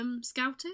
scouted